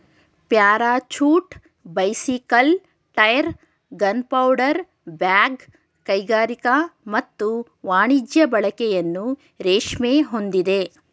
parachute bicycle tyre gunpowder bag ಕೈಗಾರಿಕಾ ಮತ್ತು ವಾಣಿಜ್ಯ ಬಳಕೆಯನ್ನು ರೇಷ್ಮೆ ಹೊಂದಿದೆ